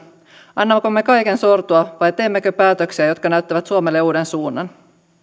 annammeko me kaiken sortua vai teemmekö päätöksiä jotka näyttävät suomelle uuden suunnan